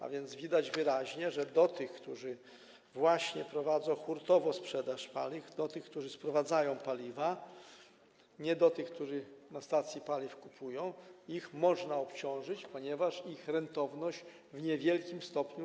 A więc widać wyraźnie, że tych, którzy prowadzą hurtową sprzedaż paliw, tych, którzy sprowadzają paliwa - a nie tych, którzy na stacji paliw kupują - można obciążyć, ponieważ ich rentowność zmaleje w niewielkim stopniu.